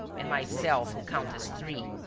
and myself, who count as three.